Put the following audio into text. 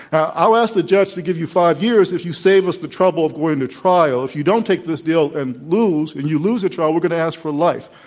i'll ask thejudge to give you five years if you save us the trouble of going to trial. if you don't take this deal and lose and you lose the trial, we're going to ask for life.